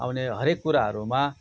आउने हरएक कुराहरूमा